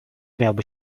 miałby